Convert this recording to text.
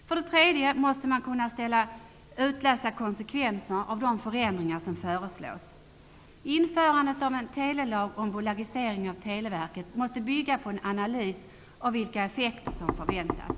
För det tredje måste man kunna utläsa konsekvenserna av de förändringar som föreslås. Införandet av en telelag och genomförandet av en bolagisering av Televerket måste bygga på en analys av vilka effekter som förväntas.